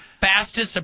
fastest